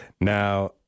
Now